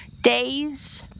days